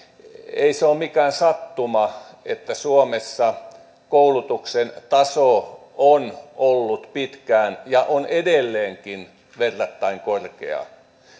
ei se ole mikään sattuma että suomessa koulutuksen taso on ollut pitkään ja on edelleenkin verrattain korkea